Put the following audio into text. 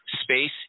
Space